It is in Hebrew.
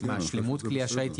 שלמות כלי השיט,